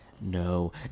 no